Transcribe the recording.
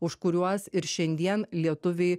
už kuriuos ir šiandien lietuviai